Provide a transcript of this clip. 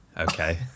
Okay